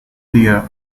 deer